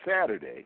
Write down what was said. Saturday